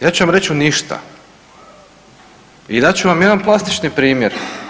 Ja ću vam reći u ništa i dat ću vam jedan plastični primjer.